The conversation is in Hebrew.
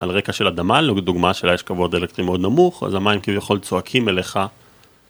על רקע של אדמה, לדוגמה שלה יש קבוע דיאלקטרי מאוד נמוך, אז המים כביכול צועקים אליך